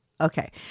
Okay